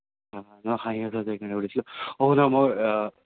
ইমান হাঁহি আছা যে সেইকাৰণে সুধিছিলোঁ অঁ শুনা মই